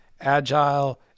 Agile